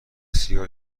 سیگار